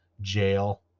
jail